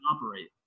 operate